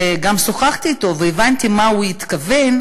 וגם שוחחתי אתו והבנתי מה הוא התכוון,